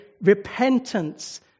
repentance